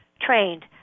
trained